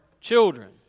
children